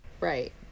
right